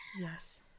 Yes